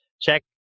check